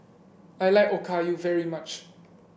I like Okayu very much